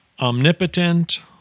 omnipotent